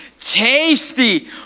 tasty